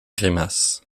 grimaces